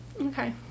Okay